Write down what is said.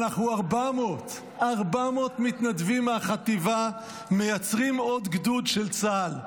אנחנו 400. 400 מתנדבים מהחטיבה מייצרים עוד גדוד של צה"ל.